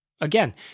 Again